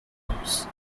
numbers